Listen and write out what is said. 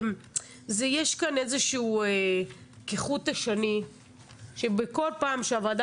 יש כאן משהו שעובר כחוט השני שבכל פעם שהוועדה